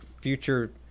future